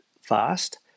fast